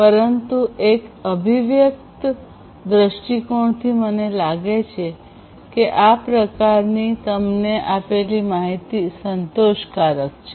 પરંતુ એક અભિવ્યક્ત દ્રષ્ટિકોણથી મને લાગે છે કે આ પ્રકારની તમને આપેલી માહિતી સંતોષકારક છે